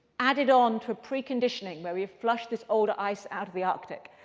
added on to a preconditioning, where we have flushed this older ice out of the arctic.